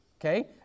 Okay